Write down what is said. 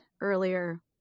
earlier